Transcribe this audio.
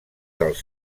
dels